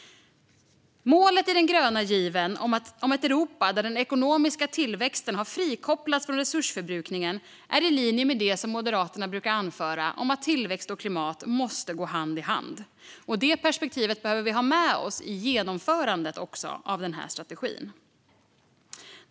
Målet i den gröna given om ett Europa där den ekonomiska tillväxten har frikopplats från resursförbrukningen är i linje med det Moderaterna brukar anföra om att klimat och tillväxt måste gå hand i hand. Det perspektivet behöver vi ha med oss i genomförandet av den här strategin.